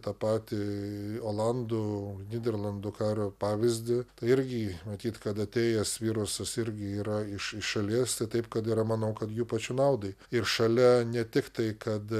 tą patį olandų nyderlandų kario pavyzdį tai irgi matyt kad atėjęs virusas irgi yra iš iš šalies tai taip kad yra manau kad jų pačių naudai ir šalia ne tik tai kad